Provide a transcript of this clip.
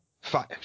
Five